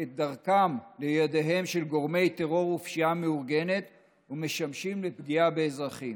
דרכם לידיהם של גורמי טרור ופשיעה מאורגנת ומשמשים לפגיעה באזרחים.